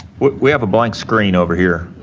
we have a blank screen over here.